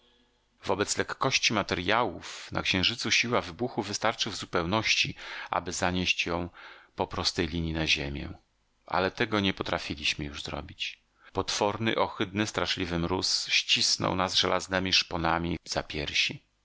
wobec lekkości materjałów na księżycu siła wybuchu wystarczy w zupełności aby zanieść ją po prostej linii na ziemię ale tego nie potrafiliśmy już zrobić potworny ohydny straszliwy mróz ścisnął nas żelaznemi szponami za piersi